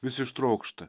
vis ištrokšta